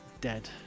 Dead